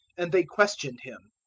and they questioned him,